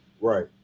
Right